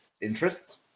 interests